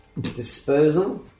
disposal